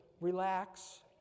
relax